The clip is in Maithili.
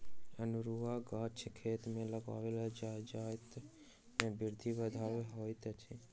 अनेरूआ गाछ खेत मे लगाओल जजाति के वृद्धि मे बाधक होइत अछि